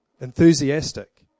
enthusiastic